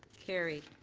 carried.